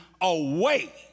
away